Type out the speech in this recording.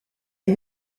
est